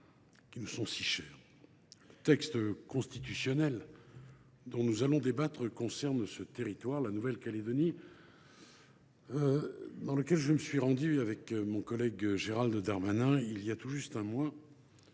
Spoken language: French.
qui nous sont si chers. Le texte constitutionnel dont nous allons discuter concerne ce territoire, la Nouvelle Calédonie, dans lequel je me suis rendu avec mon collègue Gérald Darmanin voilà tout juste un mois,